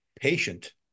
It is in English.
patient